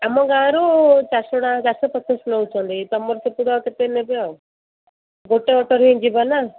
ଆମ ଗାଁରୁ ଚାରି ଶହ ଟଙ୍କା ଚାରି ଶହ ପଚାଶ ନଉଛନ୍ତି ତମର ସେପଟୁ କେତେ ନେବେ ଆଉ ଗୋଟେ ଅଟୋରେ ହିଁ ଯିବା ନା